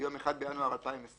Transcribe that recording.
ביום 1 בינואר 2020